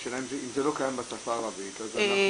השאלה אם זה לא קיים בשפה הערבית אז אנחנו